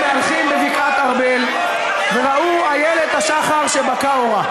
מהלכים בבקעת-ארבל וראו איילת השחר שבקע אורה.